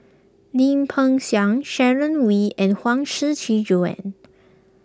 Lim Peng Siang Sharon Wee and Huang Shiqi Joan